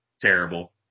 Terrible